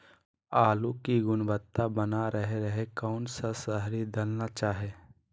आलू की गुनबता बना रहे रहे कौन सा शहरी दलना चाये?